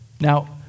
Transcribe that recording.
Now